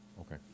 Okay